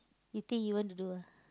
you think you want to do ah